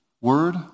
word